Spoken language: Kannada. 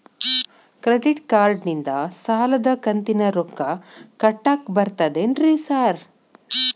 ಕ್ರೆಡಿಟ್ ಕಾರ್ಡನಿಂದ ಸಾಲದ ಕಂತಿನ ರೊಕ್ಕಾ ಕಟ್ಟಾಕ್ ಬರ್ತಾದೇನ್ರಿ ಸಾರ್?